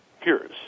peers